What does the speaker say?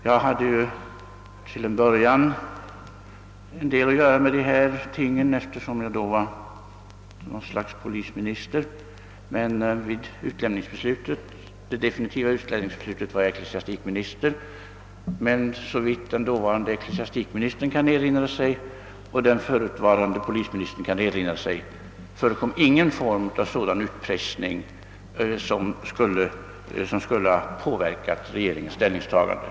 Jag hade till en början en del att göra med dessa ting, eftersom jag då var ett slags polisminister — vid det definitiva utlämningsbeslutet var jag ecklesiastikminister. Men såvitt den dåvarande ecklesiastikministern och den förutvarande polisministern kan erinra sig, förekom ingen form av sådan utpressning som skulle ha påverkat regeringens ställningstagande.